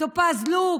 טופז לוק,